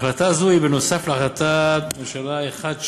החלטה זו נוספה על החלטה 1846,